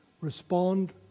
respond